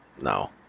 No